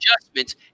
adjustments